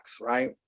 right